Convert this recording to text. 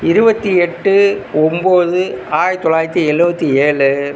இருவத்தி எட்டு ஒன்போது ஆயிரத்தி தொள்ளாயிரத்தி எழுவத்தி ஏழு